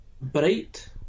Bright